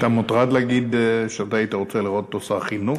אתה מוטרד להגיד שאתה היית רוצה לראות אותו שר חינוך?